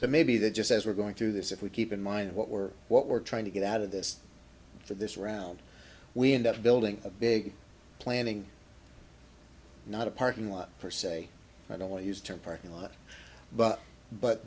so maybe they just as we're going through this if we keep in mind what we're what we're trying to get out of this for this round we end up building a big planning not a parking lot for say i don't use term parking lot but but